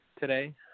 today